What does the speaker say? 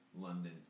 London